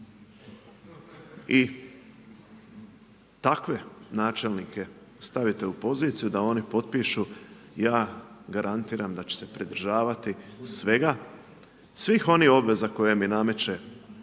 I takve načelnike stavite u poziciju, da oni potpišu, ja garantiram, da će se pridržavati svega, svih onih obveza koje mi nameće